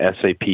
SAP